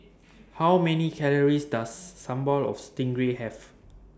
How Many Calories Does Sambal of Stingray Have